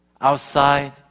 outside